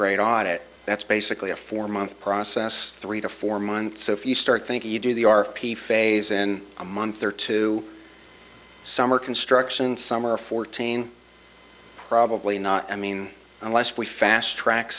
grade audit that's basically a four month process three to four months so if you start thinking you do the r p phase in a month or two some are construction some are fourteen probably not i mean unless we fast track